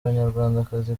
abanyarwandakazi